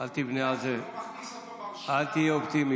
אומרים שהוא התפטר כבר,